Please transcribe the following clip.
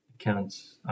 accounts